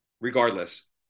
regardless